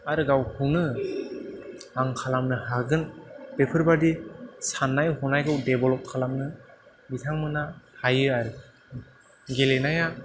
आरो गावखौनो आं खालामनो हागोन बेफोरबादि साननाय हनायखौ देबलफ खालामनो बिथांमोना हायो आरो गेलेनाया